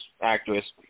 actress